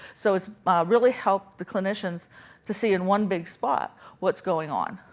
so it's really helped the clinicians to see in one big spot what's going on.